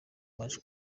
baje